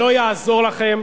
ולא יעזור לכם,